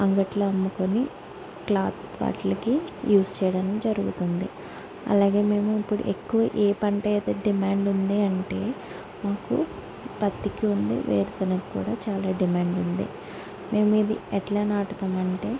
అంగట్లో అమ్ముకొని క్లాత్ బట్లకి యూజ్ చేయడం జరుగుతుంది అలాగే మేము ఇప్పుడు ఎక్కువ ఏ పంట అయితే డిమాండ్ ఉంది అంటే మాకూ పత్తికి ఉంది వేరుశనగకు కూడా చాలా డిమాండ్ ఉంది మేము ఇది ఎట్లా నాటుతాం అంటే